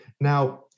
Now